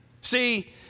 See